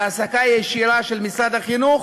להעסקה ישירה של משרד החינוך,